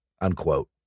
unquote